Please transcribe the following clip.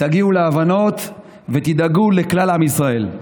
הגיעו להבנות ודאגו לכלל עם ישראל.